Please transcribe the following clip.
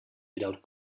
without